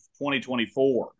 2024